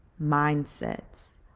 mindsets